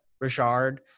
Richard